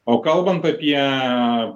o kalbant apie